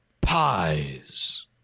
pies